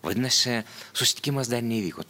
vadinasi susitikimas dar neįvyko